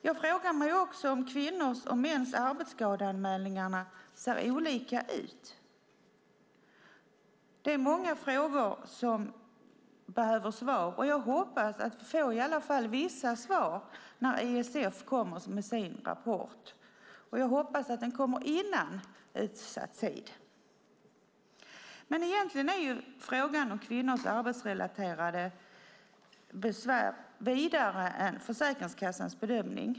Jag frågar också om kvinnors och mäns arbetsskadeanmälningar ser olika ut. Det är många frågor som behöver svar. Jag hoppas att i alla fall få vissa svar när ISF kommer med sin rapport. Jag hoppas att den kommer före utsatt tid. Egentligen är frågan om kvinnors arbetsrelaterade besvär vidare än Försäkringskassans bedömning.